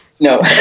No